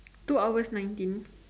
two hour nineteen